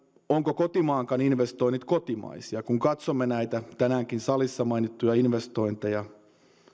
ovatko kotimaankaan investoinnit kotimaisia kun katsomme näitä tänäänkin salissa mainittuja investointeja